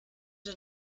der